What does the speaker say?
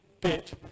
bit